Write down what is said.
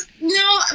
no